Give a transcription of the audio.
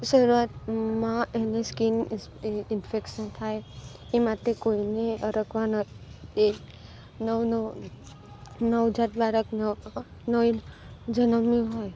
શરૂઆતમાં એની skin infection થાય એ માટે કોઈને અડકવા ન દે નવ નવ નવજાત બાળકનો નહીં જન્મ્યું હોય